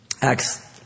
Acts